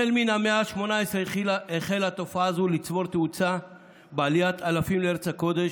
מן המאה ה-18 החלה תופעה זו לצבור תאוצה בעליית אלפים לארץ הקודש,